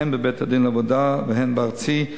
הן בבית-הדין לעבודה והן בארצי,